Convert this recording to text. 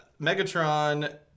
Megatron